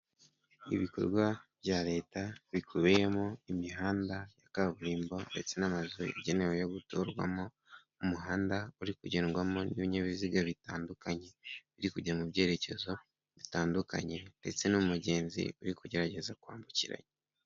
Ibikorwa bya leta bikubiyemo imihanda ya kaburimbo ndetse n'amazu yagenewe yo gutorwamo, umuhanda uri kugendwamo n'ibinyabiziga bitandukanye biri kujya mu byerekezo bitandukanye ndetse n'umugenzi uri kugerageza kwambukiranya.